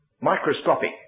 Microscopic